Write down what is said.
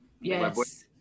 Yes